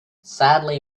sadly